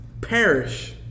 perish